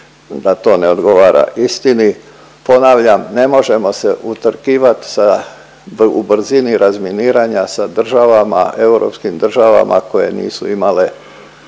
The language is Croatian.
da to ne odgovara istini. Ponavljam, ne možemo se utrkivat sa, u brzini razminiranja sa državama europskim državama koje nisu imale